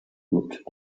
looked